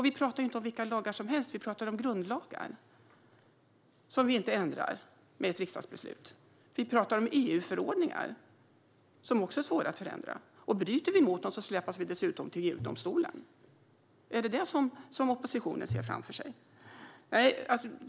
Vi pratar inte om vilka lagar som helst; vi pratar om grundlagar, som vi inte ändrar med ett riksdagsbeslut. Vi pratar om EU-förordningar, som också är svåra att ändra. Bryter vi mot dem släpas vi dessutom till EU-domstolen. Är det vad oppositionen ser framför sig?